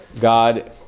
God